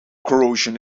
corrosion